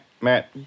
Matt